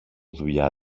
δουλειά